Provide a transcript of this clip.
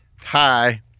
Hi